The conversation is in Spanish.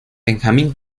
benjamin